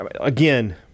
again